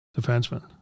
defenseman